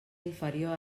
inferior